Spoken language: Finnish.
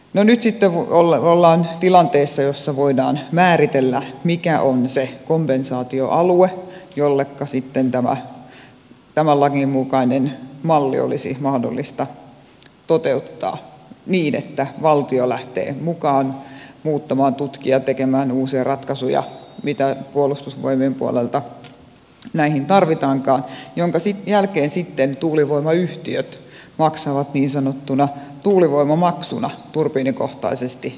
no nyt sitten ollaan tilanteessa jossa voidaan määritellä mikä on se kompensaatioalue jolleka sitten tämän lain mukainen malli olisi mahdollista toteuttaa niin että valtio lähtee mukaan muuttamaan tutkia ja tekemään uusia ratkaisuja mitä puolustusvoimien puolelta näihin tarvitaankaan minkä jälkeen sitten tuulivoimayhtiöt maksavat niin sanottuna tuulivoimamaksuna turbiinikohtaisesti takaisin nämä